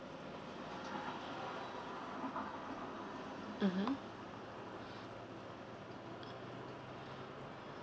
mmhmm